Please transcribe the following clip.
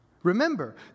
Remember